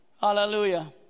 Hallelujah